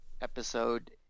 episode